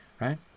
right